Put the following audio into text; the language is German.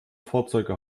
fahrzeuge